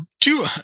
Two